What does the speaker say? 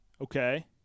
Okay